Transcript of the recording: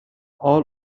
all